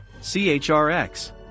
CHRX